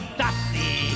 dusty